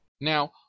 Now